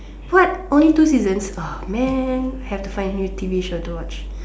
what only two seasons man have to find a new T_V show to watch